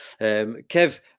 Kev